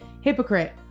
Hypocrite